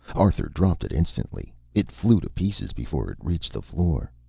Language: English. arthur dropped it instantly. it flew to pieces before it reached the floor.